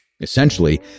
Essentially